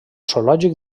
zoològic